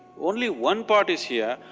only one part is here,